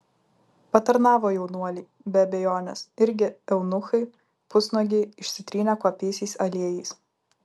patarnavo jaunuoliai be abejonės irgi eunuchai pusnuogiai išsitrynę kvapiaisiais aliejais